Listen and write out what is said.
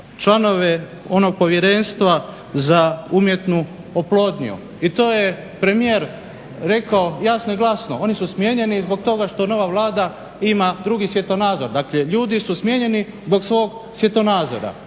članove onog Povjerenstva za umjetnu oplodnju. I to je premijer rekao jasno i glasno, oni su smijenjeni zbog toga što nova Vlada ima drugi svjetonazor. Dakle, ljudi su smijenjeni zbog svog svjetonazora.